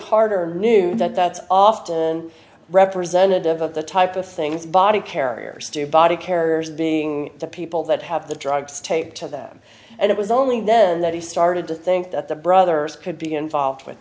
harder knew that that's often representative of the type of things body carriers do body carriers being the people that have the drugs taped to them and it was only then that he started to think that the brothers could be involved with